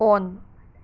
ꯑꯣꯟ